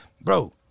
bro